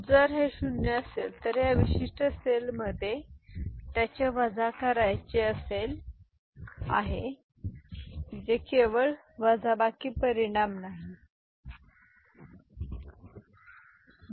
जर हे ० असेल तर या विशिष्ट सेलमध्ये त्याचे वजा करायचे आहे जे केवळ वजाबाकी परिणाम नाही नाही फरक नाही ठीक करते